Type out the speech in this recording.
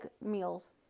meals